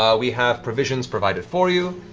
ah we have provisions provided for you.